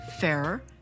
fairer